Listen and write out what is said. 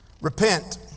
Repent